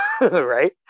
Right